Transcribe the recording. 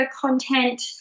content